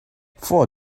four